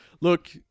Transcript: Look